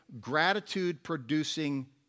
gratitude-producing